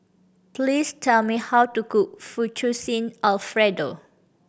please tell me how to cook Fettuccine Alfredo